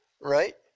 right